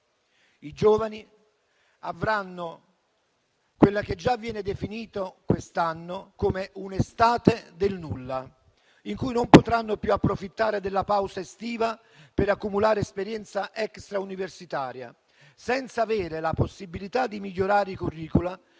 I giovani avranno quella che già viene definita quest'anno come un'estate del nulla, in cui non potranno più approfittare della pausa estiva per accumulare esperienza extra universitaria, e non avranno la possibilità di migliorare i *curricula*